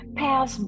pass